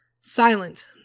Silent